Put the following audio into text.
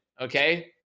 Okay